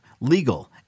legal